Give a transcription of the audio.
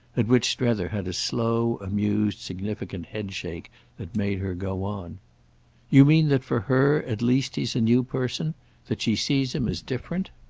at which strether had a slow amused significant headshake that made her go on you mean that for her at least he's a new person that she sees him as different